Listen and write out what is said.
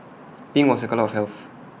pink was A colour of health